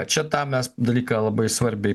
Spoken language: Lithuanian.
čia tą mes dalyką labai svarbiai